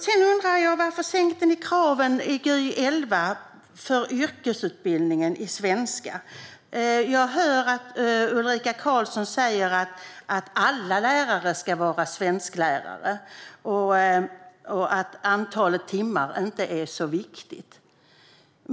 Jag undrar varför ni sänkte kraven i Gy 2011 för yrkesutbildningen i svenska. Jag hör att Ulrika Carlsson säger att alla lärare ska vara svensklärare och att antalet timmar inte är så viktigt.